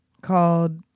Called